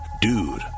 Dude